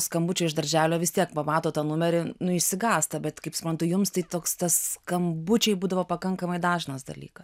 skambučio iš darželio vis tiek pamato tą numerį nu išsigąsta bet kaip suprantu jums tai toks tas skambučiai būdavo pakankamai dažnas dalykas